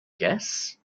guess